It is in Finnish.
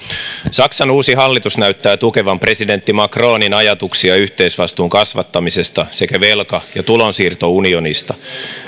saksan uusi hallitus näyttää tukevan presidentti macronin ajatuksia yhteisvastuun kasvattamisesta sekä velka ja tulonsiirtounionista